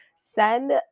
send